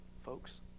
folks